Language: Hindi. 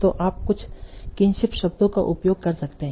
तो आप कुछ किनशिप शर्तों का उपयोग कर सकते हैं